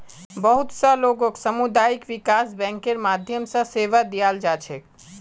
बहुत स लोगक सामुदायिक विकास बैंकेर माध्यम स सेवा दीयाल जा छेक